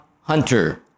Hunter